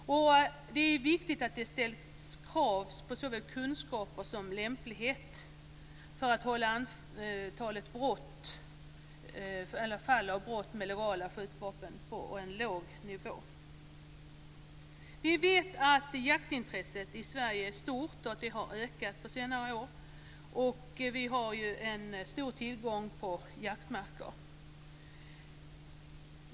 Det är viktigt att det ställs krav på såväl kunskaper som lämplighet för att man ska kunna hålla antalet brott med legala skjutvapen på en låg nivå. Vi vet att jaktintresset i Sverige är stort och att det har ökat under senare år. Vi har en stor tillgång på jaktmarker.